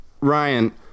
Ryan